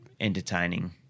entertaining